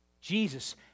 Jesus